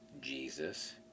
Jesus